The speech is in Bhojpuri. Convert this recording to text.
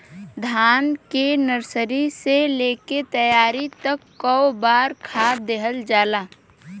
धान के नर्सरी से लेके तैयारी तक कौ बार खाद दहल जाला?